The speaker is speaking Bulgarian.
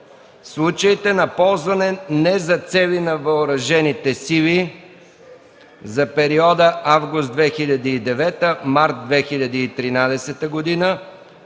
случаите на ползване не за цели на въоръжените сили за периода август 2009 – март 2013 г.,